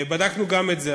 בדקנו גם את זה.